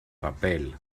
papel